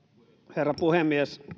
herra puhemies